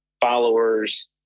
followers